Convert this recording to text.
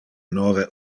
nove